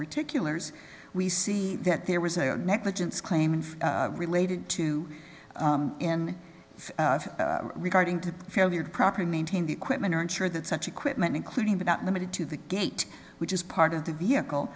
particulars we see that there was a negligence claim and related to him regarding to have your property maintain the equipment or insure that such equipment including but not limited to the gate which is part of the vehicle